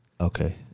Okay